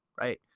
right